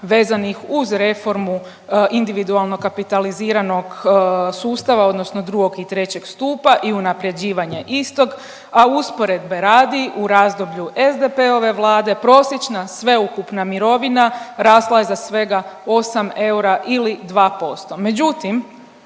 vezanih uz reformu individualnog kapitaliziranog sustava odnosno 2. i 3. stupa i unaprjeđivanja istog, a usporedbe radi, u razdoblju SDP-ove Vlade prosječna sveukupna mirovina rasla je za svega 8 eura ili 2%.